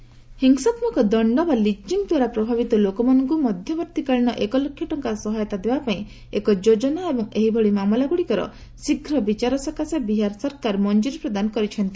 Bihar cabinet ହିଂସାତ୍ମକ ଦଶ୍ଡ ବା ଲିଞ୍ଚିଂ ଦ୍ୱାରା ପ୍ରଭାବିତ ଲୋକମାନଙ୍କୁ ମଧ୍ୟବର୍ତ୍ତୀକାଳୀନ ଏକ ଲକ୍ଷ ଟଙ୍କା ସହାୟତା ଦେବା ପାଇଁ ଏକ ଯୋଜନା ଏବଂ ଏହିଭଳି ମାମଲାଗୁଡ଼ିକର ଶୀଘ୍ର ବିଚାର ସକାଶେ ବିହାର ସରକାର ମଞ୍ଜୁରୀ ପ୍ରଦାନ କରିଛନ୍ତି